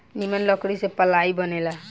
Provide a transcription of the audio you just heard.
निमन लकड़ी से पालाइ बनेला